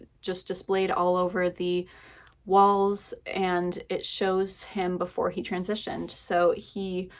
just displayed all over the walls and it shows him before he transitioned, so he